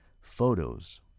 Photos